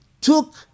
took